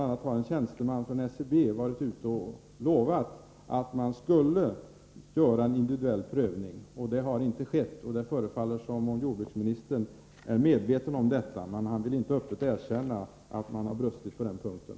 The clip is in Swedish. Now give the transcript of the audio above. a. har en tjänsteman från SCB varit ute och lovat att man skulle göra en individuell prövning. Det har inte skett, och det förefaller som om jordbruksministern är medveten om detta men inte öppet vill erkänna att man brustit på den punkten.